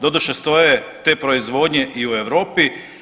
Doduše stoje te proizvodnje i u Europi.